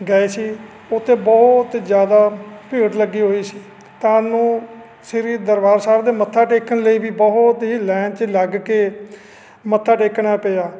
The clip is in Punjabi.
ਗਏ ਸੀ ਉੱਥੇ ਬਹੁਤ ਜ਼ਿਆਦਾ ਭੀੜ ਲੱਗੀ ਹੋਈ ਸੀ ਤਾਂ ਨੂੰ ਸ਼੍ਰੀ ਦਰਬਾਰ ਸਾਹਿਬ 'ਤੇ ਮੱਥਾ ਟੇਕਣ ਲਈ ਵੀ ਬਹੁਤ ਹੀ ਲਾਇਨ 'ਚ ਲੱਗ ਕੇ ਮੱਥਾ ਟੇਕਣਾ ਪਿਆ